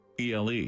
ELE